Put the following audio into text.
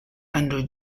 under